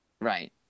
right